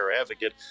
Advocate